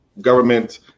government